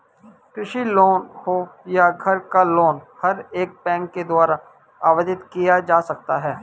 कृषि लोन हो या घर का लोन हर एक बैंक के द्वारा आवेदित किया जा सकता है